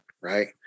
right